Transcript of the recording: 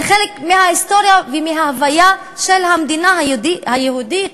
זה חלק מההיסטוריה ומההוויה של המדינה היהודית,